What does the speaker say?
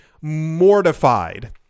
mortified